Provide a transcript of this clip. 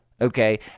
okay